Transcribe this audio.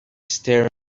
staring